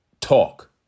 talk